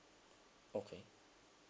okay